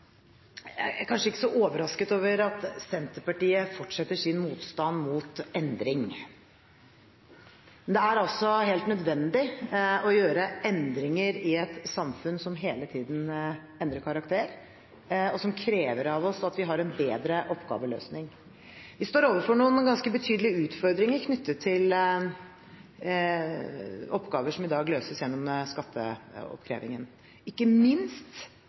Jeg er kanskje ikke så overrasket over at Senterpartiet fortsetter sin motstand mot endring. Men det er altså helt nødvendig å gjøre endringer i et samfunn som hele tiden endrer karakter, og som krever av oss at vi har en bedre oppgaveløsning. Vi står overfor noen ganske betydelige utfordringer knyttet til oppgaver som i dag løses gjennom skatteoppkrevingen – ikke minst